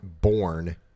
born